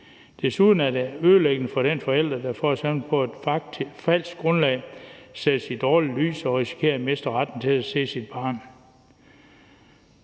Desuden er det ødelæggende for den forælder, der f.eks. på et falsk grundlag sættes i et dårligt lys og risikerer at miste retten til at se sit barn.